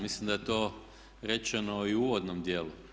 Mislim da je to rečeno i u uvodnom dijelu.